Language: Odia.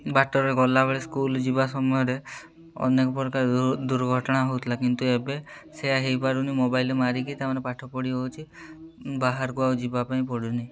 ବାଟରେ ଗଲାବେଳେ ସ୍କୁଲ୍ ଯିବା ସମୟରେ ଅନେକ ପ୍ରକାର ଦୁର୍ଘଟଣା ହେଉଥିଲା କିନ୍ତୁ ଏବେ ସେୟା ହେଇପାରୁନି ମୋବାଇଲ୍ ମାରିକି ତା'ମାନେ ପାଠପଢ଼ି ହେଉଛି ବାହାରକୁ ଆଉ ଯିବାପାଇଁ ପଡ଼ୁନି